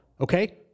okay